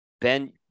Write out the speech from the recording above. Ben